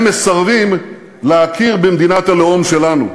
הם מסרבים להכיר במדינת הלאום שלנו.